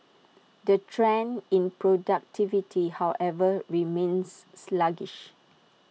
the trend in productivity however remains sluggish